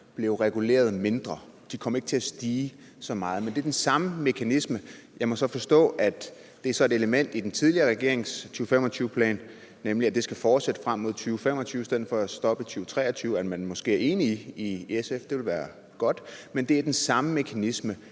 blev reguleret mindre, de kom ikke til at stige så meget, men det er den samme mekanisme. Jeg må så forstå – det er så et element i den tidligere regerings 2025-plan, nemlig at det skal fortsætte frem mod 2025 i stedet for at stoppe i 2023 – at man måske er enige i SF, det vil være godt. Men det er den samme mekanisme.